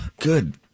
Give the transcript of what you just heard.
Good